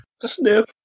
Sniff